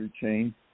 chain